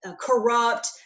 corrupt